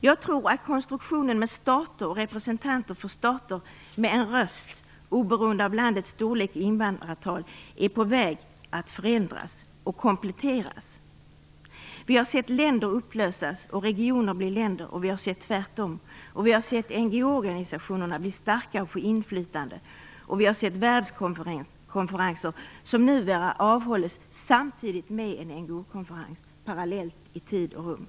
Jag tror att konstruktionen med stater och representanter för stater med en röst oberoende av landets storlek och invånarantal är på väg att förändras och kompletteras. Vi har sett länder upplösas och regioner bli länder och tvärtom. Vi har sett NGO organisationer bli starka och få inflytande, och vi har sett världskonferenser, som numera avhålles samtidigt med en NGO-konferens, parallellt i tid och rum.